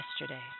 yesterday